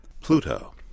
Pluto